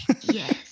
Yes